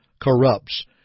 corrupts